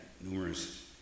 numerous